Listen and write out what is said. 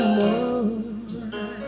more